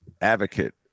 advocate